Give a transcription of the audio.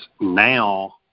now